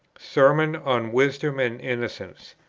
sermon on wisdom and innocence.